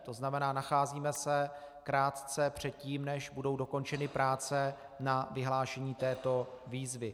To znamená, nacházíme se krátce před tím, než budou dokončeny práce na vyhlášení této výzvy.